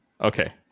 Okay